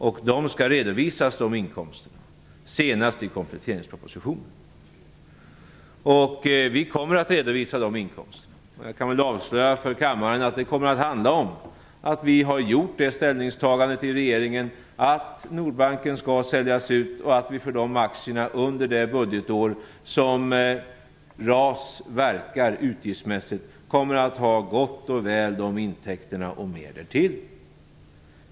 De inkomsterna skall redovisas senast i kompletteringspropositionen. Vi kommer att redovisa de inkomsterna. Jag kan avslöja för kammaren vad det kommer att handla om: Vi har gjort ställningstagandet i regeringen att Nordbanken skall säljas ut. För de aktierna kommer vi gott och väl att få de intäkter som behövs under det budgetår som RAS verkar utgiftsmässigt, och mer därtill.